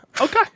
Okay